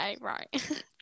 right